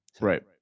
right